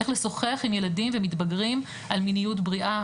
איך לשוחח עם ילדים ומתבגרים על מיניות בריאה.